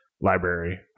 library